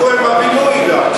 אז שיחכו עם הפינוי גם.